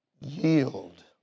Yield